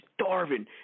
starving